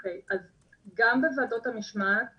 אוקיי, אז גם בוועדות המשמעת